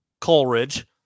Coleridge